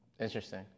Interesting